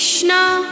Krishna